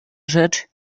rzecz